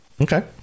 Okay